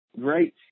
Great